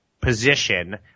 position